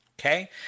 Okay